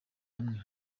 hamwe